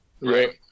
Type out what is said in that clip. right